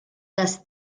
dass